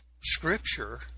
scripture